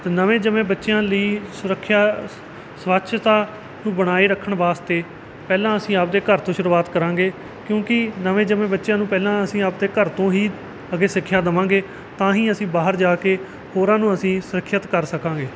ਅਤੇ ਨਵੇਂ ਜੰਮੇ ਬੱਚਿਆਂ ਲਈ ਸੁਰੱਖਿਆ ਸਵੱਛਤਾ ਨੂੰ ਬਣਾਈ ਰੱਖਣ ਵਾਸਤੇ ਪਹਿਲਾਂ ਅਸੀਂ ਆਪਣੇ ਘਰ ਤੋਂ ਸ਼ੁਰੂਆਤ ਕਰਾਂਗੇ ਕਿਉਂਕਿ ਨਵੇਂ ਜੰਮੇ ਬੱਚਿਆਂ ਨੂੰ ਪਹਿਲਾਂ ਅਸੀਂ ਆਪਣੇ ਘਰ ਤੋਂ ਹੀ ਅੱਗੇ ਸਿੱਖਿਆ ਦੇਵਾਂਗੇ ਤਾਂ ਹੀ ਅਸੀਂ ਬਾਹਰ ਜਾ ਕੇ ਹੋਰਾਂ ਨੂੰ ਅਸੀਂ ਸੁਰੱਖਿਅਤ ਕਰ ਸਕਾਂਗੇ